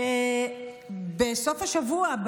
שבסוף השבוע,